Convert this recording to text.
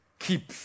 Keep